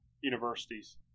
universities